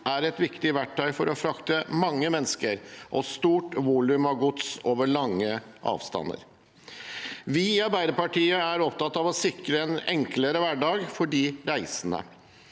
er et viktig verktøy for å frakte mange mennesker og stort volum av gods over lange avstander. Vi i Arbeiderpartiet er opptatt av å sikre en enklere hverdag for de reisende.